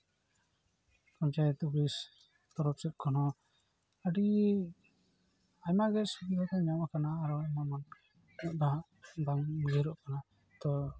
panchayat office ᱛᱚᱨᱚᱯᱷ ᱥᱮᱱ ᱠᱷᱚᱱ ᱦᱚᱸ ᱟᱹᱰᱤ ᱟᱭᱢᱟ ᱜᱮ ᱥᱩᱵᱤᱫᱷᱟ ᱫᱚ ᱧᱟᱢᱟᱠᱟᱱᱟ ᱟᱨᱦᱚᱸ ᱮᱢᱟᱱ ᱮᱢᱟ ᱩᱱᱟᱹᱜ ᱫᱚ ᱦᱟᱸᱜ ᱵᱟᱝ ᱩᱭᱦᱟᱹᱨᱚᱜ ᱠᱟᱱᱟ ᱛᱚ